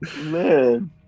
Man